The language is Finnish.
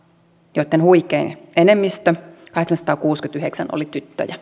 joitten huikea enemmistö kahdeksansataakuusikymmentäyhdeksän oli tyttöjä